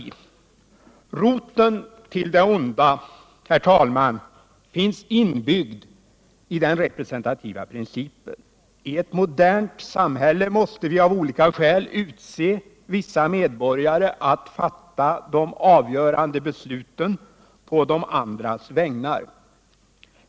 Roten till det onda finns inbyggd i den representativa principen. I ett modernt samhälle måste vi av olika skäl utse vissa medborgare att fatta de avgörande besluten på de andras vägnar.